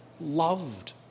loved